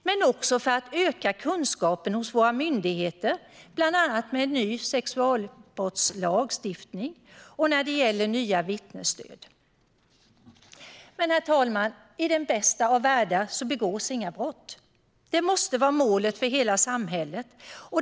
Men vi måste också öka kunskaperna hos våra myndigheter, bland annat om den nya sexualbrottslagstiftningen och när det gäller nya vittnesstöd. Men, herr talman, i den bästa av världar begås inga brott. Detta måste vara målet för hela samhället.